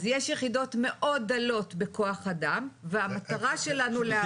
אז יש יחידות מאוד דלות בכח אדם והמטרה שלנו לעבות אותן.